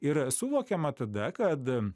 ir suvokiama tada kad